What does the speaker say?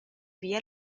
via